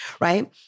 Right